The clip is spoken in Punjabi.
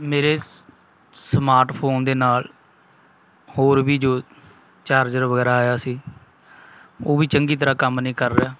ਮੇਰੇ ਸਮਾਰਟਫੋਨ ਦੇ ਨਾਲ ਹੋਰ ਵੀ ਜੋ ਚਾਰਜਰ ਵਗੈਰਾ ਆਇਆ ਸੀ ਉਹ ਵੀ ਚੰਗੀ ਤਰ੍ਹਾਂ ਕੰਮ ਨਹੀਂ ਕਰ ਰਿਹਾ